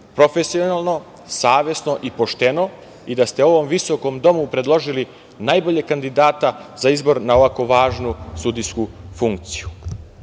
profesionalno, savesno i pošteno i da ste ovom visokom domu predložili najboljeg kandidata za izbor na ovako važnu sudijsku funkciju. Želim